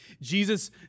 Jesus